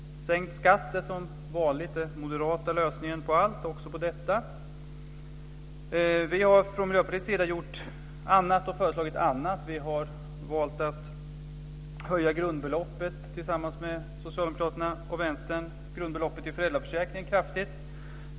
Sänkt skatt är som vanligt den moderata lösningen på allt, också på detta. Vi har från Miljöpartiets sida gjort annat och föreslagit annat. Vi har tillsammans med socialdemokraterna och vänstern valt att höja grundbeloppet till föräldraförsäkringen kraftigt.